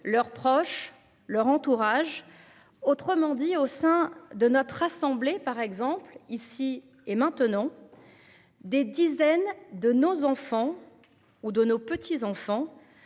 leurs proches leur entourage, autrement dit au sein de notre assemblée, par exemple, ici et maintenant. Des dizaines de nos enfants ou de nos petits enfants